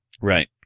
Right